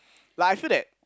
like I feel that